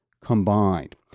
combined